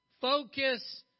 focus